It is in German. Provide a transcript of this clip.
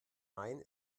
main